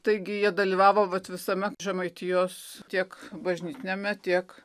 taigi jie dalyvavo vat visame žemaitijos tiek bažnytiniame tiek